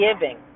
giving